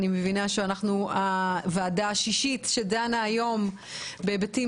אני מבינה שאנחנו הוועדה השישית שדנה היום בהיבטים